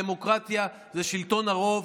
דמוקרטיה זה שלטון הרוב,